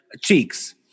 cheeks